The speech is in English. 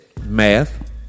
math